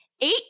eight